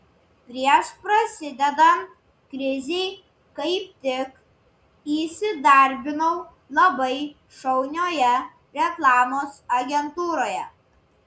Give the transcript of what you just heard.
prieš prasidedant krizei kaip tik įsidarbinau labai šaunioje reklamos agentūroje